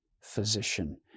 physician